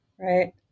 right